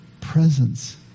presence